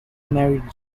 married